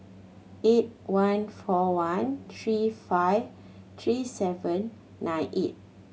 eight one four one three five three seven nine eight